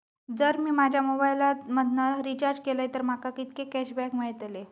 जर मी माझ्या मोबाईल मधन रिचार्ज केलय तर माका कितके कॅशबॅक मेळतले?